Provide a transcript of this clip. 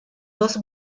dos